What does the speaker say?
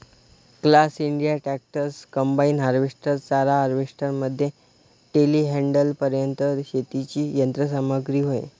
class India tractors, combine harvester, चारा harvester मध्ये टेलीहँडलरपर्यंत शेतीची यंत्र सामग्री होय